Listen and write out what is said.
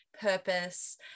purpose